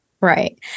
Right